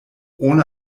ohne